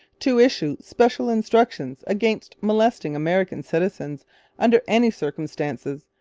to issue special instructions against molesting american citizens under any circumstances,